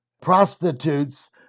Prostitutes